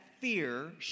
Fear